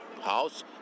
house